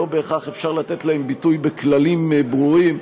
ולא בהכרח אפשר לתת להם ביטוי בכללים ברורים,